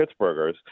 Pittsburghers